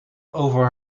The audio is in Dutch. over